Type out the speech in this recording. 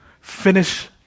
finish